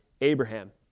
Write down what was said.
Abraham